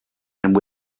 and